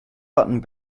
button